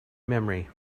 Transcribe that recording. memory